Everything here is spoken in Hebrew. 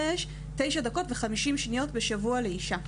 יש 9 דקות ו-50 שניות בשבוע לאישה.